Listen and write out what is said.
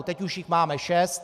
Teď už jich máme šest.